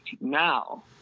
now